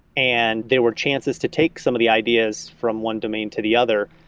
and there were chances to take some of the ideas from one domain to the other.